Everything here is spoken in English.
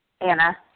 Anna